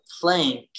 plank